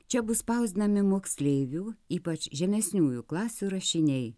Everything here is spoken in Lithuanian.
čia bus spausdinami moksleivių ypač žemesniųjų klasių rašiniai